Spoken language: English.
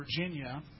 Virginia